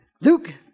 Luke